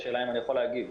השאלה אם אני יכול להגיב.